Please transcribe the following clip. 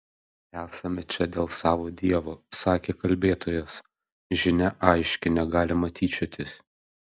esame čia dėl savo dievo sakė kalbėtojas žinia aiški negalima tyčiotis